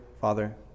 Father